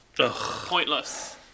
pointless